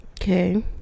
okay